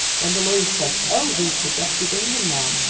when the lawyer said, oh, he's sir geoffrey bingham now.